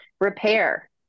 Repair